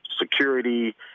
security